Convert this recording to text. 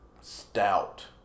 stout